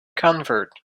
convert